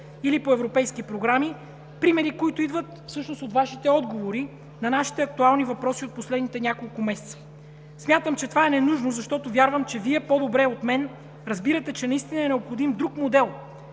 или по европейски програми, примери, които идват всъщност от Вашите отговори на нашите актуални въпроси от последните няколко месеца. Смятам това за ненужно, защото вярвам, че Вие по-добре от мен разбирате, че наистина е необходим друг модел